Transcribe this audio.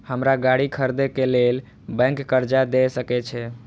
हमरा गाड़ी खरदे के लेल बैंक कर्जा देय सके छे?